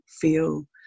feel